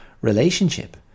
relationship